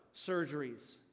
surgeries